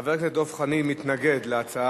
חבר הכנסת דב חנין מתנגד להצעת